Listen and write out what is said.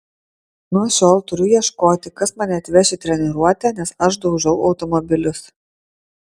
nuo šiol turiu ieškoti kas mane atveš į treniruotę nes aš daužau automobilius